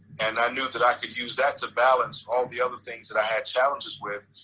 and i knew that i could use that to balance all the other things that i had challenges with.